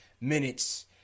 minutes